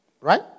Right